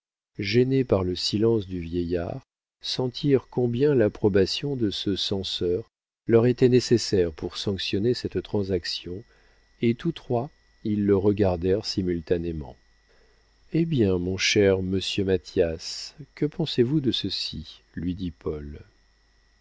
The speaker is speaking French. gênés par le silence du vieillard sentirent combien l'approbation de ce censeur leur était nécessaire pour sanctionner cette transaction et tous trois ils le regardèrent simultanément eh bien mon cher monsieur mathias que pensez-vous de ceci lui dit paul